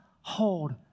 hold